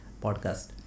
podcast